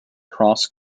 cross